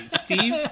steve